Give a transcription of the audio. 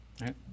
right